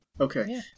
Okay